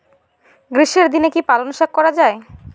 গ্রীষ্মের দিনে কি পালন শাখ করা য়ায়?